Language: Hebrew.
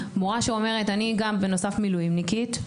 מורה שאומרת - אני גם בנוסף מילואימניקית,